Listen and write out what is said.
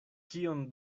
kion